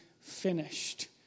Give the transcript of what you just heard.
finished